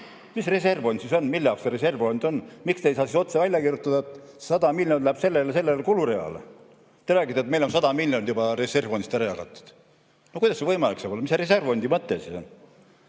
see reservfond on? Mille jaoks see reservfond siis on? Miks te ei saa siis otse välja kirjutada, et 100 miljonit läheb sellele ja sellele kulureale? Te räägite, et meil on 100 miljonit juba reservfondist ära jagatud. No kuidas see võimalik saab olla?! Mis see reservfondi mõte siis on?